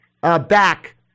back